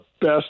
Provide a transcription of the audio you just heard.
best